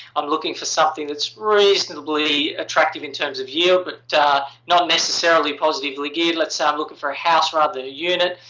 i'm looking for something that's reasonably attractive in terms of yield, but not necessarily positively-geared. let's say i'm looking for a house rather than a unit.